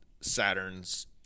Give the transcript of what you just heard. Saturn's